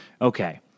Okay